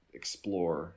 explore